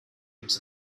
into